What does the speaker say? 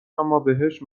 امابهش